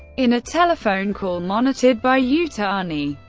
in a telephone call monitored by yutani,